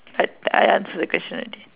I I answered the question already